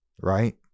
Right